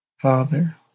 Father